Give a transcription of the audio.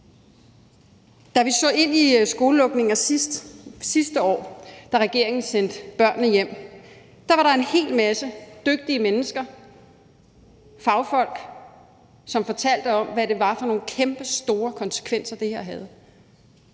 Da vi så ind i skolelukninger sidste år, da regeringen sendte børnene hjem, var der en hel masse dygtige mennesker, fagfolk, som fortalte om, hvad det var for nogle kæmpestore konsekvenser, det havde